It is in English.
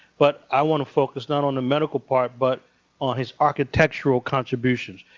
but i want to focus not on the medical part, but on his architectural contributions.